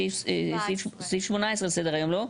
לסדר היום,